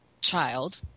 child